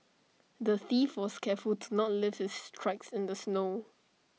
the thief was careful to not leave his tracks in the snow